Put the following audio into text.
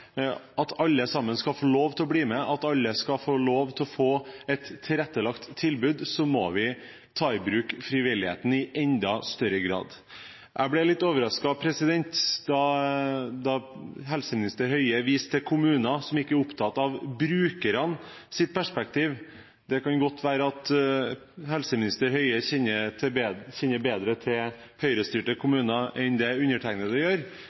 at alle sammen skal få lov til å bli med, at alle skal få lov til å få et tilrettelagt tilbud, må vi ta i bruk frivilligheten i enda større grad. Jeg ble litt overrasket da helseminister Høie viste til kommuner som ikke er opptatt av brukernes perspektiv. Det kan godt være at helseminister Høie kjenner bedre til Høyre-styrte kommuner enn det undertegnede gjør,